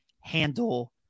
handle